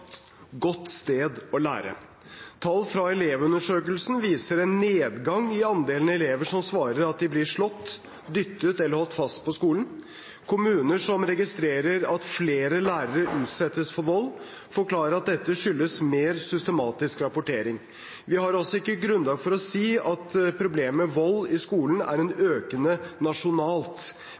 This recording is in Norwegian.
godt sted å lære. Tall fra Elevundersøkelsen viser en nedgang i andelen elever som svarer at de blir slått, dyttet eller holdt fast på skolen. Kommuner som registrerer at flere lærere utsettes for vold, forklarer at dette skyldes mer systematisk rapportering. Vi har altså ikke grunnlag for å si at problemet vold i skolen er økende nasjonalt.